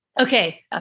Okay